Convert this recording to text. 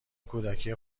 کودکی